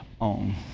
own